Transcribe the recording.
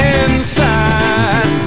inside